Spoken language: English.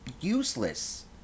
useless